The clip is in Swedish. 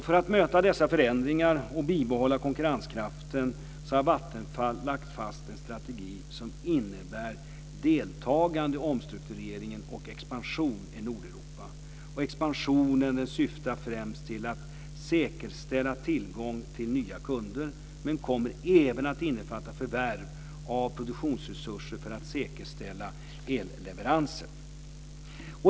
För att möta dessa förändringar och bibehålla konkurrenskraften har Vattenfall lagt fast en strategi som innebär deltagande i omstruktureringen och expansion i Nordeuropa. Expansionen syftar främst till att säkerställa tillgång till nya kunder men kommer även att innefatta förvärv av produktionsresurser för att säkerställa delleveranser.